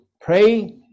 pray